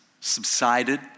subsided